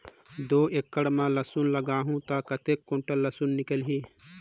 दो एकड़ मां लसुन लगाहूं ता कतेक कुंटल लसुन निकल ही?